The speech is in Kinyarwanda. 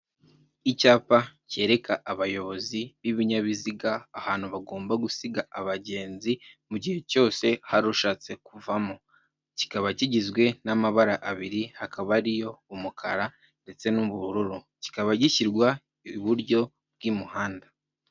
Icyapa cyereka abayobozi b'ibinyabiziga ahantu bagomba gusiga abagenzi mu gihe cyose hari ushatse kuvamo. Kikaba kigizwe n'amabara abiri, hakaba ari yo umukara ndetse n'ubururu. Kikaba gishyirwa iburyo bw'umuhanda.